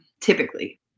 typically